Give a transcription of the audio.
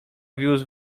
wiózł